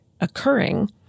occurring